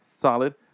Solid